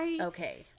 okay